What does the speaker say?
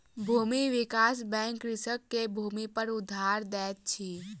भूमि विकास बैंक कृषक के भूमिपर उधार दैत अछि